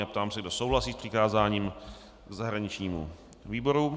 Ptám se, kdo souhlasí s přikázáním zahraničnímu výboru.